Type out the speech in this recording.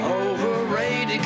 overrated